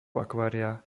akvária